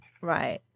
Right